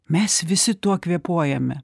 mes visi tuo kvėpuojame